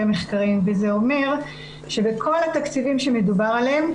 המחקרים וזה אומר שבכל התקציבים שמדובר עליהם,